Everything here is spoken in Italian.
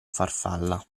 farfalla